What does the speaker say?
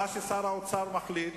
מה ששר האוצר מחליט,